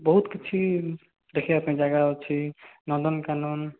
ବହୁତ କିଛି ଦେଖିବା ପାଇଁ ଜାଗା ଅଛି ନନ୍ଦନକାନନ